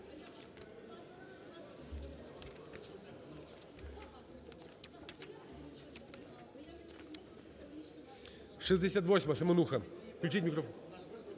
68-а. Семенуха. Включіть мікрофон.